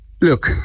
look